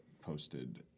posted